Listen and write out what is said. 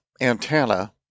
antenna